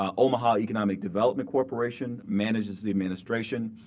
ah omaha economic development corporation manages the administration,